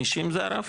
50 זה הרף?